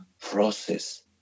process